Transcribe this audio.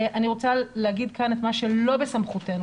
אני רוצה להגיד כאן את מה שלא בסמכותנו,